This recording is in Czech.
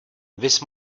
viz